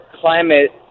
climate